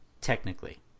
technically